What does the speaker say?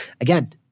again